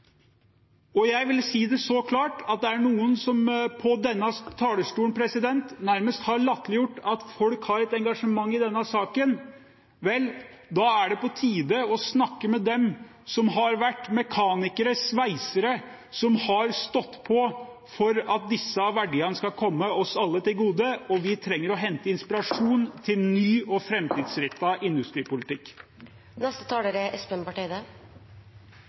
Jeg vil si det så klart at det er noen som fra denne talerstolen nærmest har latterliggjort at folk har et engasjement i denne saken. Vel, da er det på tide å snakke med dem som har vært mekanikere, sveisere, som har stått på for at disse verdiene skal komme oss alle til gode, og vi trenger å hente inspirasjon til ny og